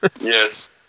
Yes